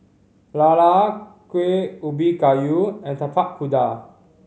lala Kueh Ubi Kayu and Tapak Kuda